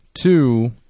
Two